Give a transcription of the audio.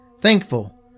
Thankful